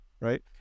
right